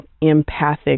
empathic